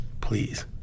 please